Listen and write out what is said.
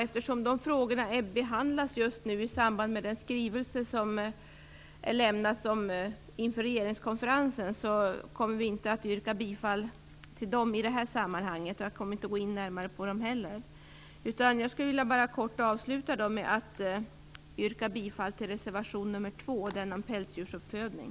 Eftersom de frågorna just nu behandlas i samband med den skrivelse som skall avges inför regeringskonferensen, kommer vi inte att yrka bifall till dem i detta sammanhang, och jag skall inte heller gå närmare in på dem. Jag vill till slut helt kort yrka bifall till reservation nr 2 om pälsdjursuppfödning.